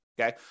Okay